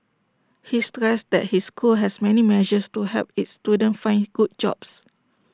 he stressed that his school has many measures to help its students find good jobs